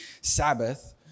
Sabbath